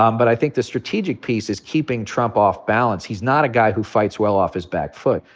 um but i think the strategic piece is keeping trump off balance. he's not a guy who fights well off his back foot.